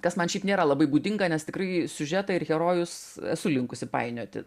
kas man šiaip nėra labai būdinga nes tikrai siužetą ir herojus esu linkusi painioti